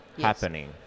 happening